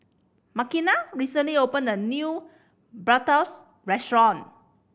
Makena recently opened a new Bratwurst Restaurant